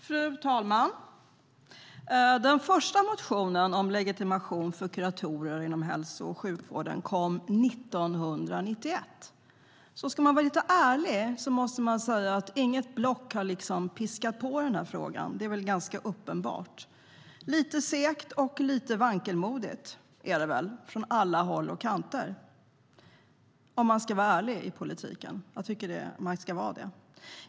Fru talman! Den första motionen om legitimation för kuratorer inom hälso och sjukvården kom 1991, så det är ganska uppenbart att inget block har piskat på i frågan. Om vi ska vara ärliga - och det jag tycker att man ska vara i politiken - har det varit lite segt och vankelmodigt från alla håll och kanter.